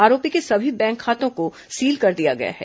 आरोपी के सभी बैंक खातों को सील कर दिया गया है